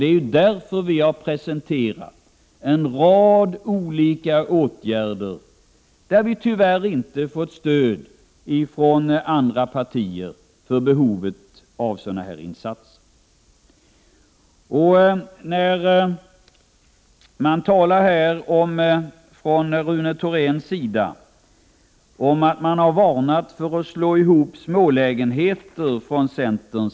Det är därför vi har presenterat en rad olika åtgärder, som vi tyvärr inte har fått stöd för ifrån andra partier. Rune Thorén talar om att man från centerns sida har varnat för sammanslagningar av smålägenheter.